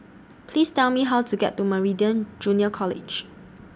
Please Tell Me How to get to Meridian Junior College